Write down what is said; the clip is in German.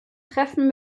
treffen